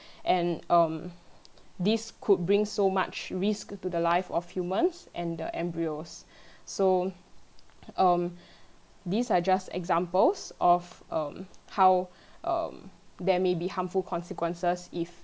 and um this could bring so much risk to the life of humans and the embryos so um this are just examples of um how um there may be harmful consequences if